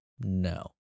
no